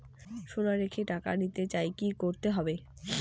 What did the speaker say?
সোনা রেখে টাকা নিতে চাই কি করতে হবে?